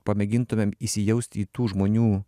pamėgintumėm įsijausti į tų žmonių